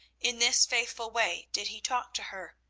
in this faithful way did he talk to her,